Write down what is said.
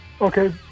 Okay